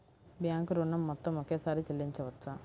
Bank ఋణం మొత్తము ఒకేసారి చెల్లించవచ్చా?